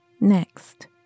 Next